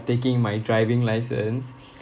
taking my driving license